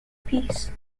peace